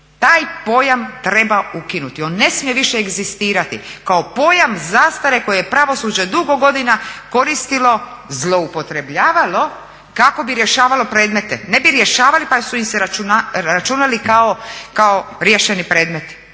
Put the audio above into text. taj pojam treba ukinuti, on ne smije više egzistirati kao pojam zastare koji je pravosuđe dugo godina koristilo, zloupotrebljavalo kako bi rješavalo predmete. Ne bi rješavali pa su im se računali kao riješeni predmeti.